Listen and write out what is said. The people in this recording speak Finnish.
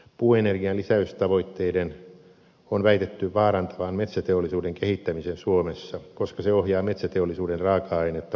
puuenergian lisäystavoitteiden on väitetty vaarantavan metsäteollisuuden kehittämisen suomessa koska se ohjaa metsäteollisuuden raaka ainetta polttoon